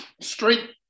straight